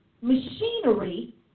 machinery